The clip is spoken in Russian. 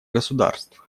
государств